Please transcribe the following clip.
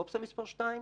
אופציה מספר שתיים